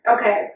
Okay